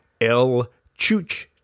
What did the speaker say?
L-Chooch